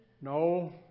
no